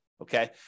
okay